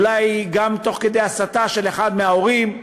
אולי גם תוך כדי הסתה של אחד ההורים,